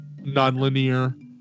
nonlinear